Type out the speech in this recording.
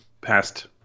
past